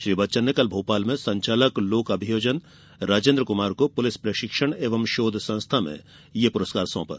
श्री बच्चन ने कल भोपाल में संचालक लोक अभियोजन राजेन्द्र क्मार को पुलिस प्रशिक्षण एवं शोध संस्था में यह पुरस्कार सौंपा